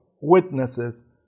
witnesses